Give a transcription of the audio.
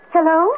Hello